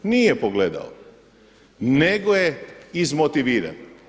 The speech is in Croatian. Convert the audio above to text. Nije pogledao nego je izmotiviran.